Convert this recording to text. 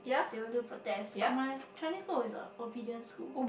they will do protests but my Chinese school is a obedient school